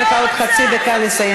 ואני נותנת לך עוד חצי דקה לסיים.